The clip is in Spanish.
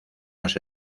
los